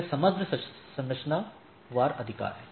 यह समग्र संरचना वार अधिकार है